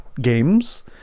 games